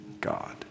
God